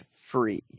free